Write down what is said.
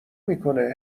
میکنه